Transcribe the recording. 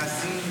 להאזין,